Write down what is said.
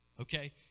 okay